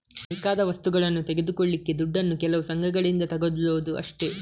ಬೇಕಾದ ವಸ್ತುಗಳನ್ನ ತೆಗೆದುಕೊಳ್ಳಿಕ್ಕೆ ದುಡ್ಡನ್ನು ಕೆಲವು ಸಂಘಗಳಿಂದ ತಗೊಳ್ಳುದು ಅಷ್ಟೇ